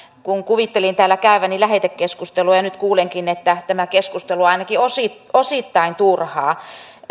kun kuvittelin täällä käyväni lähetekeskustelua ja nyt kuulenkin että tämä keskustelu on ainakin osittain turhaa